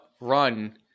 run